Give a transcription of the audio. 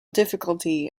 difficulty